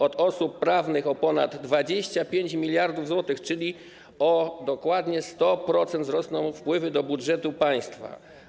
Od osób prawnych - o ponad 25 mld zł, czyli dokładnie o 100% wzrosną wpływy do budżetu państwa.